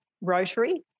Rotary